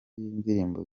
y’indirimbo